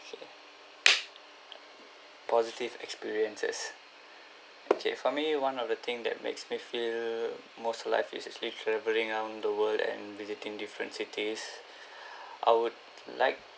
okay positive experiences okay for me one of the thing that makes me feel most alive is actually travelling around the world and visiting different cities I would like